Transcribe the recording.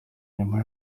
nyuma